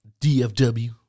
DFW